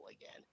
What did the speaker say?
again